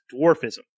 dwarfism